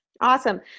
Awesome